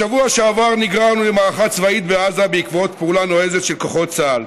בשבוע שעבר נגררנו למערכה צבאית בעזה בעקבות פעולה נועזת של כוחות צה"ל,